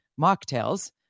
mocktails